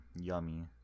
yummy